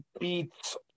beats